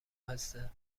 حسه